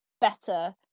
better